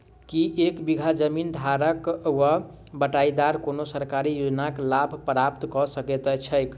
की एक बीघा जमीन धारक वा बटाईदार कोनों सरकारी योजनाक लाभ प्राप्त कऽ सकैत छैक?